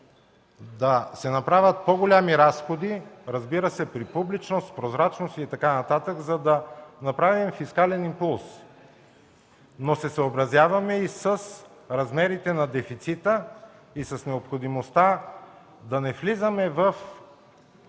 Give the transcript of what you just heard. да се направят по-големи разходи, разбира се, при публичност, прозрачност и така нататък, за да направим фискален импулс. Но се съобразяваме и с размерите на дефицита, и с необходимостта да не влизаме в